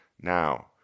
Now